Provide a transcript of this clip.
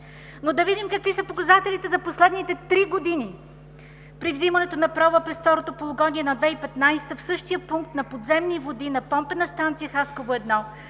Да видим какви са показателите за последните три години. При взимането на проба през второто полугодие на 2015 г. в същия пункт на подземни води на Помпена станция „Хасково 1“,